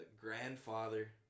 grandfather